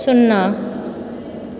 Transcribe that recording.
शुन्ना